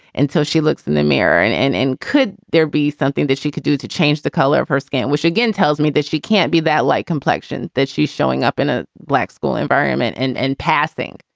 and so she looks in the mirror. and and and could there be something that she could do to change the color of her skin, which again, tells me that she can't be that light complexion that she's showing up in a black school environment and and passing.